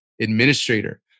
administrator